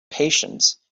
patience